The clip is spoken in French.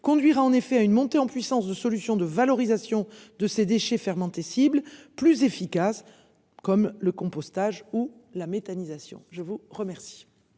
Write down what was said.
conduira en effet à une montée en puissance de solutions de valorisation de ces déchets fermentescibles plus efficace. Comme le compostage ou la méthanisation. Je vous remercie.